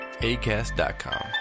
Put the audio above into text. Acast.com